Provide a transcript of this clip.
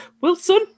Wilson